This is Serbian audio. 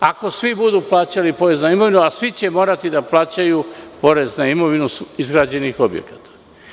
Ako svi budu plaćali porez na imovinu, a svi će morati da plaćaju porez na imovinu izgrađenih objekata.